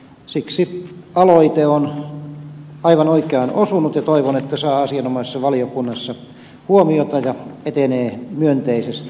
siksi aloite on aivan oikeaan osunut ja toivon että se saa asianomaisessa valiokunnassa huomiota ja etenee myönteisesti